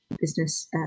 business